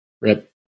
Rip